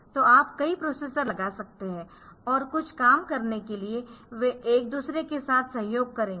तो आप कई प्रोसेसर लगा सकते है और कुछ काम करने के लिए वे एक दूसरे के साथ सहयोग करेंगे